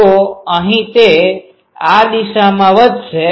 તો અહીં તે આ દિશામાં વધશે